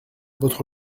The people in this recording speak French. votre